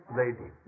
lady